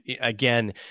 again